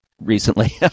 recently